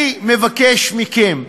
אני מבקש מכם: